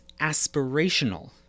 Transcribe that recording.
aspirational